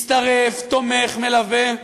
הצטרף, תומך, מלווה.